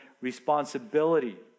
responsibility